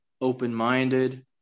open-minded